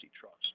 trust